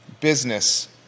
business